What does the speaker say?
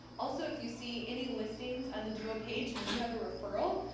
also if you see any listings on the duo page, and you have a referral,